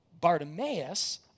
Bartimaeus